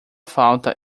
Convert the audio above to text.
falta